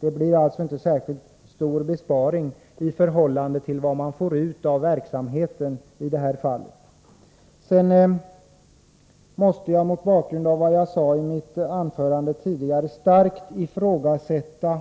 Det blir alltså inte någon särskilt stor besparing i förhållande till vad man får ut av verksamheten. Mot bakgrund av vad jag sade i mitt tidigare anförande måste jag starkt ifrågasätta